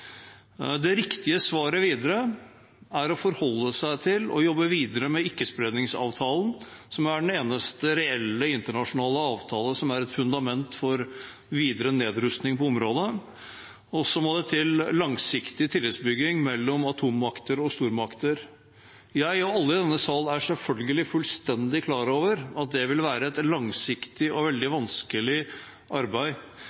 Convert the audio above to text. Det riktige svaret videre er å forholde seg til og jobbe videre med ikkespredningsavtalen, som er den eneste reelle internasjonale avtalen som er et fundament for videre nedrustning på området. Og så må det til langsiktig tillitsbygging mellom atommakter og stormakter. Jeg og alle i denne sal er selvfølgelig fullstendig klar over at det vil være et langsiktig og veldig